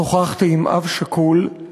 שוחחתי עם אב שכול,